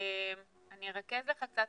אני ארכז לך קצת.